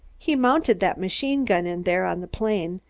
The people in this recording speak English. he mounted that machine gun in there on the plane,